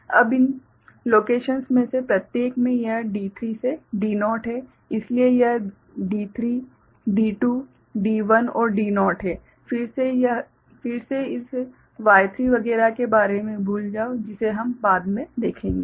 अब इन लोकेशन में से प्रत्येक में यह D3 से D0 है इसलिए यह D3 D2 D1 और D0 है फिर से इस Y3 वगैरह के बारे में भूल जाओ जिसे हम बाद में देखेंगे